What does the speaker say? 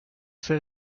ces